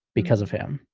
because of him,